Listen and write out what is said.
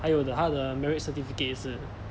还有她的 marriage certificate 也是